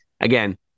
again